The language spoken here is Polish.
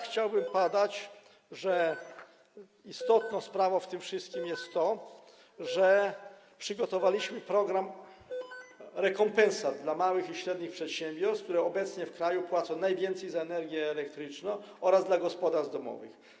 Chciałbym podać, że istotną sprawą w tym wszystkim jest to, że przygotowaliśmy program rekompensat dla małych i średnich przedsiębiorstw, które obecnie płacą najwięcej w kraju za energię elektryczną, oraz dla gospodarstw domowych.